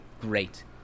great